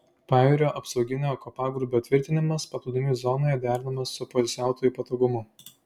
pajūrio apsauginio kopagūbrio tvirtinimas paplūdimių zonoje derinamas su poilsiautojų patogumu